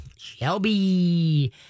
Shelby